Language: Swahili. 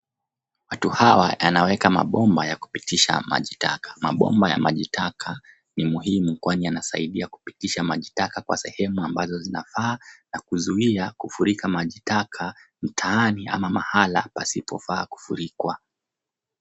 Watu hawa wanaweka mabomba ya kupitisha maji taka. Mabomba ya maji taka ni muhimu kwani yanasaidia kupitisha maji taka kwa sehemu ambazo zinafaa na kuzuia kufurika maji taka mtaani ama mahali pasipofaa kufurikwa.